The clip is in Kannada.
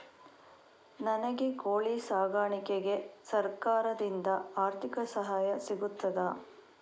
ನನಗೆ ಕೋಳಿ ಸಾಕಾಣಿಕೆಗೆ ಸರಕಾರದಿಂದ ಆರ್ಥಿಕ ಸಹಾಯ ಸಿಗುತ್ತದಾ?